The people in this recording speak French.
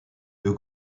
deux